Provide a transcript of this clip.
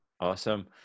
Awesome